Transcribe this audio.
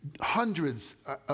hundreds